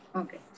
okay